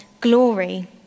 glory